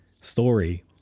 story